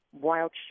wild